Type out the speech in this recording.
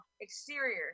Exterior